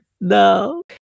no